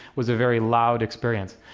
was a very loud experience.